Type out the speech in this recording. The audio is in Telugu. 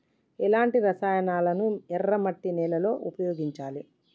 ఎలాంటి రసాయనాలను ఎర్ర మట్టి నేల లో ఉపయోగించాలి?